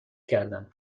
کردم